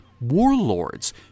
Warlords